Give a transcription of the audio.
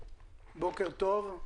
בוקר טוב.